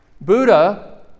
Buddha